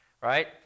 right